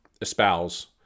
espouse